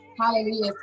Hallelujah